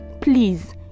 please